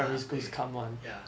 ah 对 ya